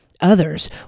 others